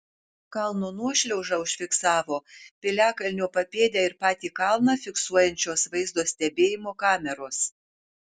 kalno nuošliaužą užfiksavo piliakalnio papėdę ir patį kalną fiksuojančios vaizdo stebėjimo kameros